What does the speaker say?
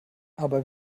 aber